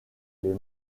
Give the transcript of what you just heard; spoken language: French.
les